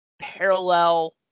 parallel